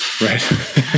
Right